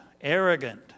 arrogant